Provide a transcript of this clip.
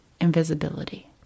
invisibility